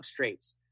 substrates